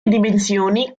dimensioni